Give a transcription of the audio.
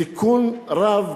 בסיכון רב,